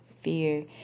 fear